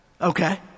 Okay